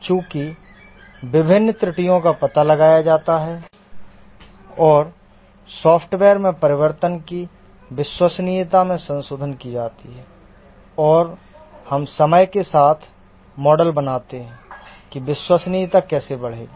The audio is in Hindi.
चूंकि विभिन्न त्रुटियों का पता लगाया जाता है और सॉफ्टवेयर में परिवर्तन की विश्वसनीयता में संशोधन की जाती है और हम समय के साथ मॉडल बनाते हैं कि विश्वसनीयता कैसे बढ़ेगी